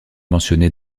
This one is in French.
mentionné